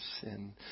sin